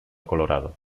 colorado